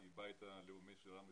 שהיא הבית הלאומי של עם ישראל.